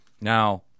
Now